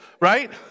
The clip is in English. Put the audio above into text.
Right